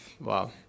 wow